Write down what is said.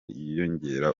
yiyongera